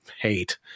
hate